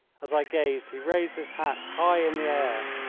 as i gazed, he raised his hat high in the air,